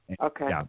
okay